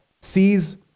sees